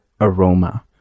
aroma